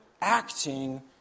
acting